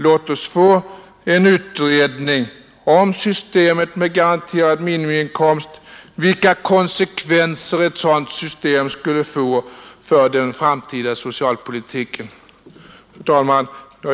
Låt oss få en utredning om vilka konsekvenser ett system med garanterad minimiinkomst skulle få för den framtida socialpolitiken! Herr talman!